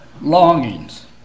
longings